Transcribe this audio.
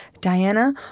Diana